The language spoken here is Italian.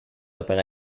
opera